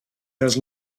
does